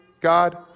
God